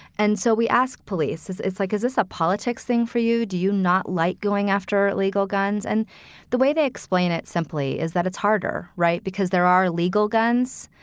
and so we ask police is it's like, is this a politics thing for you? do you not like going after illegal guns? and the way they explain it simply is that it's harder. right. because there are legal guns.